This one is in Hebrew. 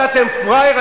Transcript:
מצאתם פראייר?